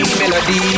melody